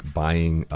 buying